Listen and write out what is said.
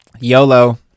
YOLO